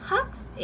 Hugs